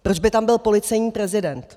Proč by tam byl policejní prezident?